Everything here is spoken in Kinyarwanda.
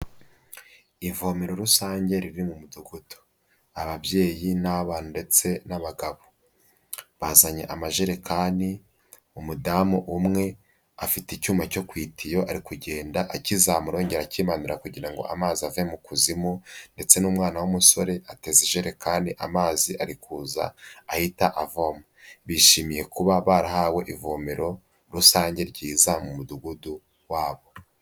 Ivomero rusange riri mu mudugudu. Ababyeyi n'abana ndetse n'abagabo bazanye amajerekani, umudamu umwe afite icyuma cyo ku itiyo ari kugenda akizamura yongera akimanura kugira ngo amazi ave mu kuzimu ndetse n'umwana w'umusore ateze ijerekani amazi ari kuza ahita avoma. Bishimiye kuba barahawe ivomero rusange ryiza mu mudugudu wabo.